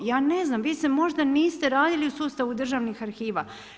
Ja ne znam, vi se možda niste, radili u sustavu državnih arhiva.